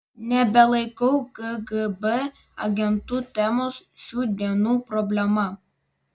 nebelaikau kgb agentų temos šių dienų problema